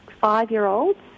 five-year-olds